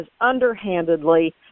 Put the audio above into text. underhandedly